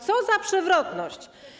Co za przewrotność.